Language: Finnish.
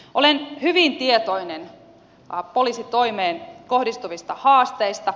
olen hyvin tietoinen poliisitoimeen kohdistuvista haasteista